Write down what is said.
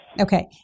Okay